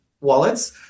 wallets